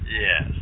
Yes